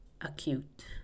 acute